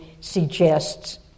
suggests